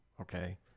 Okay